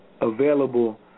available